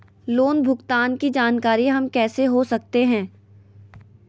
Loan भुगतान की जानकारी हम कैसे हो सकते हैं?